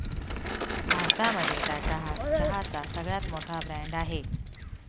भारतामध्ये टाटा हा चहाचा सगळ्यात मोठा ब्रँड आहे